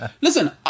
Listen